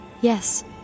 Yes